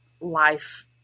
life